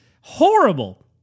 horrible